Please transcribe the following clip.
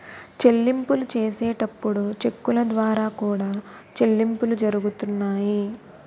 చెల్లింపులు చేసేటప్పుడు చెక్కుల ద్వారా కూడా చెల్లింపులు జరుగుతున్నాయి